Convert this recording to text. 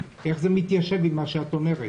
איך זה מתיישב עם מה שאת אומרת?